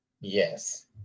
Yes